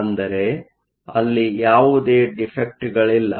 ಅಂದರೆ ಅಲ್ಲಿ ಯಾವುದೇ ಡಿಫೆಕ್ಟ್Defectಗಳಿಲ್ಲ